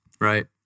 Right